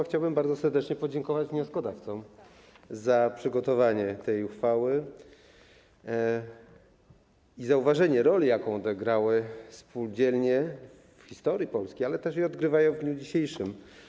Chciałbym bardzo serdecznie podziękować wnioskodawcom za przygotowanie tej uchwały i zauważenie roli, jaką odegrały spółdzielnie w historii Polski, ale też odgrywają w dniu dzisiejszym.